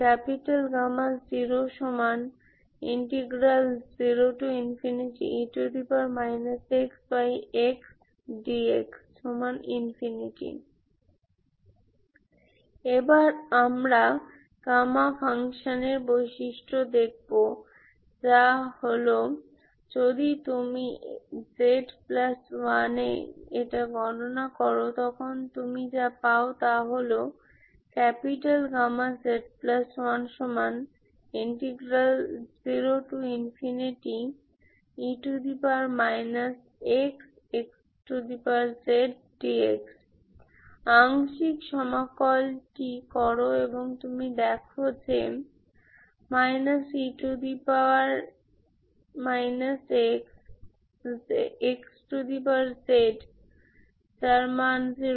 00e x xdx এবার আমরা gamma ফাংশানের বৈশিষ্ট্য দেখব যা হল যদি তুমি z1 এ এটা গণনা করো তখন তুমি যা পাও তা হল z10e x xzdx আংশিক সমাকল টি করো এবং তুমি দেখ যে e x xz